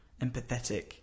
empathetic